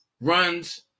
runs